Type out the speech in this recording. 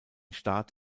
start